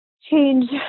change